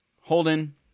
Holden